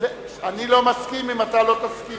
אם אתה לא תסכים.